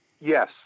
Yes